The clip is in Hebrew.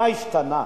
מה השתנה.